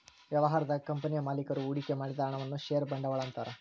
ವ್ಯವಹಾರದಾಗ ಕಂಪನಿಯ ಮಾಲೇಕರು ಹೂಡಿಕೆ ಮಾಡಿದ ಹಣವನ್ನ ಷೇರ ಬಂಡವಾಳ ಅಂತಾರ